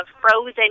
frozen